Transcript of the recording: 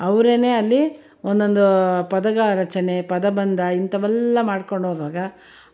ಅವರೇನೆ ಅಲ್ಲಿ ಒಂದೊಂದು ಪದ ರಚನೆ ಪದಬಂಧ ಇಂಥವೆಲ್ಲ ಮಾಡ್ಕೊಂಡು ಹೋಗುವಾಗ